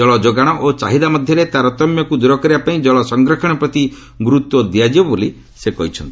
ଜଳ ଯୋଗାଣ ଓ ଚାହିଦା ମଧ୍ୟରେ ତାରତମ୍ୟକୁ ଦୂର କରିବାପାଇଁ ଜଳ ସଂରକ୍ଷଣ ପ୍ରତି ଗୁରୁତ୍ୱ ଦିଆଯିବ ବୋଲି ସେ କହିଛନ୍ତି